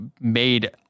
made